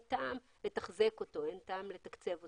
טעם לתחזק אותו ואין טעם לתקצב אותו.